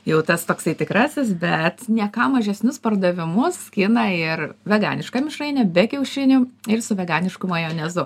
jau tas toksai tikrasis bet ne ką mažesnius pardavimus skina ir veganiška mišrainė be kiaušinių ir su veganišku majonezu